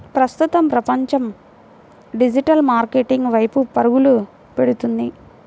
ప్రస్తుతం ప్రపంచం digital marketing వైపు పరుగులు పెడుతుంది